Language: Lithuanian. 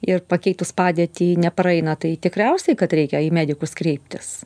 ir pakeitus padėtį nepraeina tai tikriausiai kad reikia į medikus kreiptis